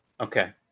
Okay